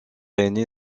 aîné